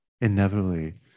inevitably